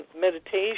meditation